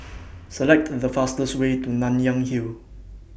Select The fastest Way to Nanyang Hill